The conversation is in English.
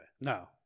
No